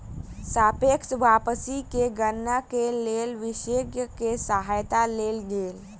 सापेक्ष वापसी के गणना के लेल विशेषज्ञ के सहायता लेल गेल